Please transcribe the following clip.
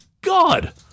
God